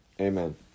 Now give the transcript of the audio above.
Amen